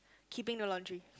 keeping the laundry